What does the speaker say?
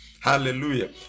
hallelujah